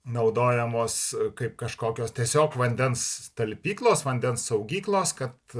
naudojamos kaip kažkokios tiesiog vandens talpyklos vandens saugyklos kad